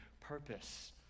purpose